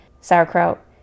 sauerkraut